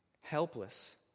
Helpless